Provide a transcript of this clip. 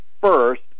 first